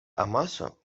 amaso